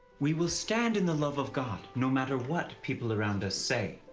we will stand in the love of god no matter what people around us say.